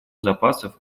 запасов